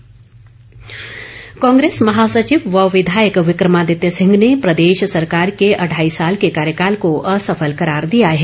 विक्रमादित्य कांग्रेस महासचिव व विधायक विक्रमादित्य सिंह ने प्रदेश सरकार के अढ़ाई साल के कार्यकाल को असफल करार दिया है